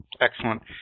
Excellent